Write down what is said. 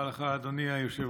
תודה רבה לך, אדוני היושב-ראש.